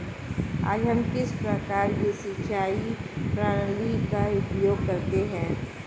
आज हम किस प्रकार की सिंचाई प्रणाली का उपयोग करते हैं?